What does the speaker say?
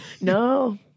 No